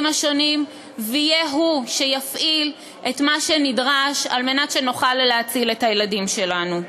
השונים והוא שיפעיל את מה שנדרש על מנת שנוכל להציל את הילדים שלנו.